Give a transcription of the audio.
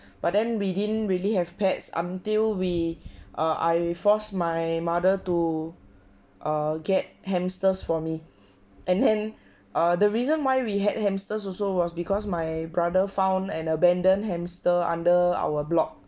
but then we didn't really have pets until we uh I forced my mother to uh get hamsters for me and then uh the reason why we had hamsters also was because my brother found an abandoned hamster under our block